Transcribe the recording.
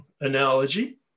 analogy